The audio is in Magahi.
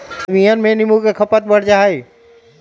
गर्मियन में नींबू के खपत बढ़ जाहई